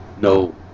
No